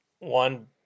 One